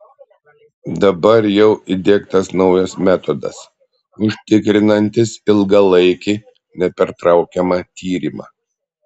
dabar jau įdiegtas naujas metodas užtikrinantis ilgalaikį nepertraukiamą tyrimą